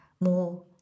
more